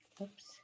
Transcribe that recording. Oops